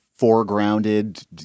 foregrounded